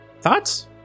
Thoughts